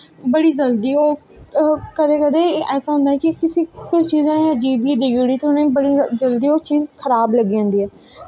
बड़ी जल्दी ओह् कदैं कदैं ऐसा होंदा ऐ कि किसी कुश चीज़ अजीब देई ओड़ी ते ओह् उनेंगी बड़ी खराब लगदी ऐ